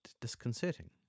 disconcerting